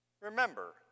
remember